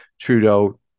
Trudeau